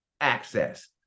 access